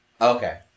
Okay